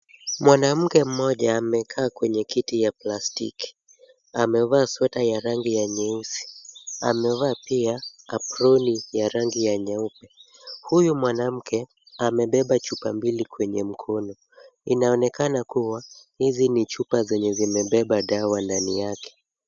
Mwanamke mmoja amekaa kwenye kiti ya plastiki. Amevaa sweta ya rangi ya nyeusi. Amevaa pia aproni ya rangi ya nyeupe. Huyu mwanamke amebeba chupa mbili kwenye mkono. Inaonekana kuwa hizi ni chupa zenye zimebeba dawa ndani yake.